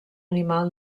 animal